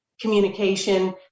communication